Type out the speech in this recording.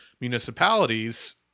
municipalities